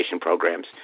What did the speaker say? programs